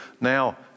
Now